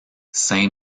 saint